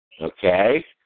Okay